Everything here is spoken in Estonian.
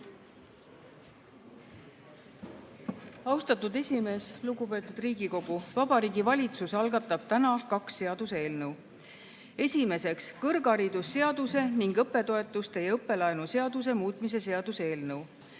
Austatud esimees! Lugupeetud Riigikogu! Vabariigi Valitsus algatab täna kaks seaduseelnõu. Esiteks, kõrgharidusseaduse ning õppetoetuste ja õppelaenu seaduse muutmise seaduse eelnõu.